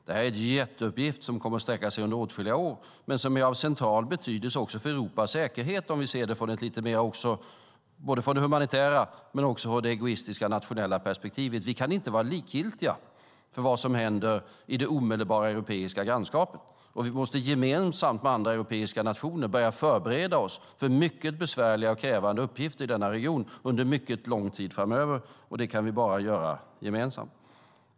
Det är en jätteuppgift som kommer att sträcka sig under åtskilliga år men som är av central betydelse också för Europas säkerhet om vi ser det från det humanitära men också från det egoistiska nationella perspektivet. Vi kan inte vara likgiltiga för vad som händer i det omedelbara europeiska grannskapet. Vi måste gemensamt med andra europeiska nationer börja förbereda oss för mycket besvärliga och krävande uppgifter i denna region under mycket lång tid framöver. Det kan vi bara göra gemensamt.